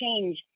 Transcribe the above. change